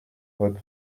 votre